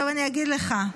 עכשיו אני אגיד לך: